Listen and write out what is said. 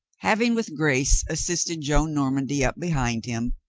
having with grace assisted joan normandy up behind him,